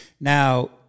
Now